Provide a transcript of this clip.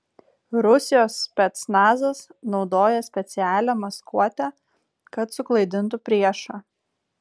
rusijos specnazas naudoja specialią maskuotę kad suklaidintų priešą